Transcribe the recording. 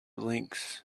links